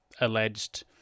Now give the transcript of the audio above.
alleged